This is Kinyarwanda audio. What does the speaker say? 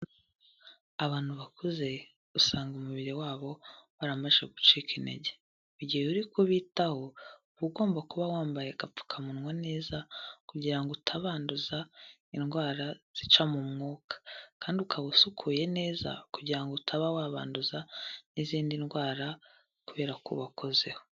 Abantu bakuze usanga umubiri wabo waramaze gucika intege. Igihe uri kubitaho uba ugomba kuba wambaye agapfukamunwa neza, kugira ngo utabanduza indwara zica mu mwuka. Kandi ukaba usukuye neza kugira ngo utaba wabanduza n'izindi ndwara kubera ko ubakozeho.